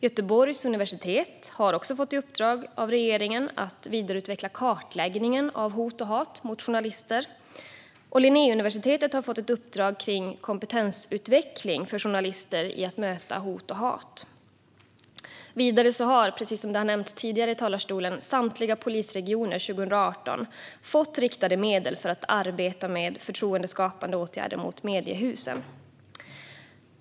Göteborgs universitet har också fått i uppdrag av regeringen att vidareutveckla kartläggningen av hot och hat mot journalister, och Linnéuniversitetet har fått ett uppdrag kring kompetensutveckling för journalister i att möta hot och hat. Vidare har, som tidigare nämnts i talarstolen, samtliga polisregioner 2018 fått riktade medel för att arbeta med förtroendeskapande åtgärder riktade mot mediehusen.